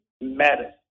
matters